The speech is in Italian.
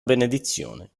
benedizione